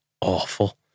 awful